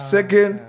Second